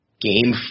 Game